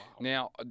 Now